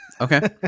Okay